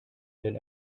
denn